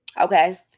okay